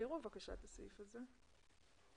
הסעיף הבא, סעיף 2א(ב)